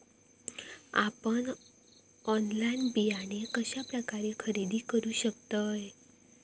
आपन ऑनलाइन बियाणे कश्या प्रकारे खरेदी करू शकतय?